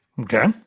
Okay